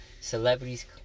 Celebrities